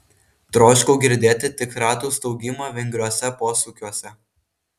troškau girdėti tik ratų staugimą vingriuose posūkiuose